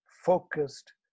focused